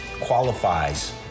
qualifies